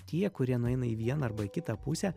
tie kurie nueina į vieną arba į kitą pusę